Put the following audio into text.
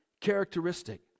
characteristic